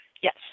Yes